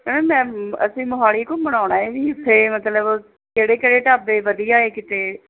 ma'am ਮੈਂ ਅਸੀਂ ਮੋਹਾਲੀ ਘੁੰਮਣ ਆਉਣਾ ਹੈ ਜੀ ਇੱਥੇ ਮਤਲਬ ਕਿਹੜੇ ਕਿਹੜੇ ਢਾਬੇ ਵਧੀਆ ਹੈ ਕਿਤੇ